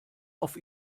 auf